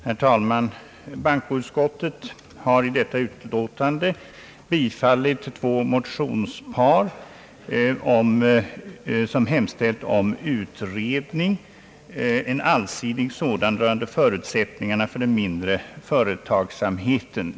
Herr talman! Bankoutskottet har i detta utlåtande bifallit två motionspar om en allsidig utredning rörande förutsättningarna för den mindre företagsamheten.